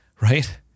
Right